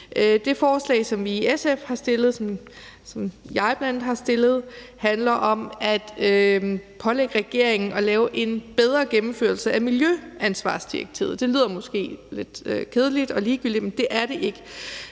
Det forslag, som vi i SF har fremsat, og som jeg bl.a. var med til at fremsætte, handler om at pålægge regeringen at lave en bedre gennemførelse af miljøansvarsdirektivet. Det lyder måske lidt kedeligt og ligegyldigt, men det er det ikke,